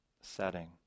setting